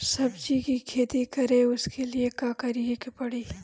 सब्जी की खेती करें उसके लिए का करिके पड़ी?